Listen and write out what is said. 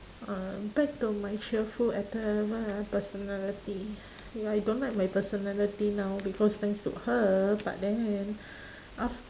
uh back to my cheerful atti~ what ah personality I don't like my personality now because thanks to her but then af~